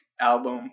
album